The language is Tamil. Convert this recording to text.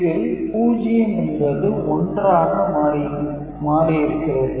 இதில் 0 என்பது 1 ஆக மாறி இருக்கிறது